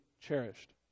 cherished